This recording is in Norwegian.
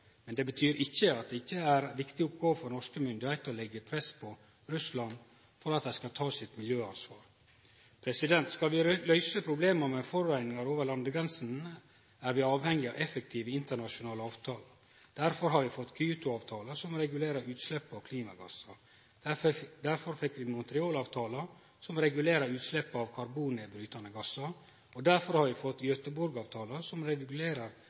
Men det betyr ikkje at det ikkje er ei viktig oppgåve for norske myndigheiter å leggje press på Russland for at dei skal ta sitt miljøansvar. Skal vi løyse problema med forureiningar over landegrensene, er vi avhengige av effektive internasjonale avtaler. Derfor har vi fått Kyoto-avtala, som regulerer utsleppa av klimagassar, derfor fekk vi Montreal-avtala, som regulerer utslepp av karbonnedbrytande gassar, og derfor har vi fått Gøteborg-avtala, som regulerer